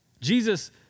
Jesus